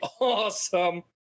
awesome